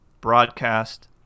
broadcast